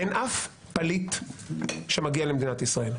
אין אף פליט שמגיע למדינת ישראל.